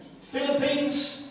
Philippines